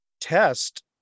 test